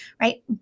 right